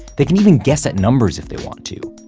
they can even guess out numbers if they want to.